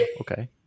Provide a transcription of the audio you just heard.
Okay